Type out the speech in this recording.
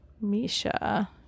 Misha